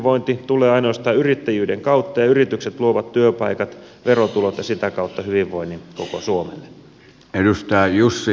hyvinvointi tulee ainoastaan yrittäjyyden kautta ja yritykset luovat työpaikat verotulot ja sitä kautta hyvinvoinnin koko suomelle